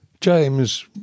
James